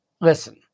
Listen